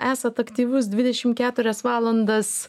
esat aktyvus dvidešim keturias valandas